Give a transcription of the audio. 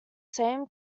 same